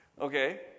Okay